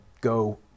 go